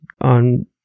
on